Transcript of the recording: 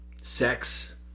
sex